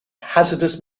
hazardous